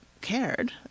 cared